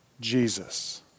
Jesus